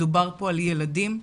מדובר פה על ילדים,